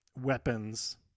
weapons